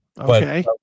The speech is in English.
Okay